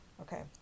Okay